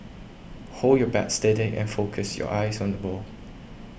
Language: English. hold your bat steady and focus your eyes on the ball